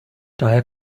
daher